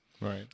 Right